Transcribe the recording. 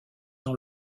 dans